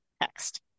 text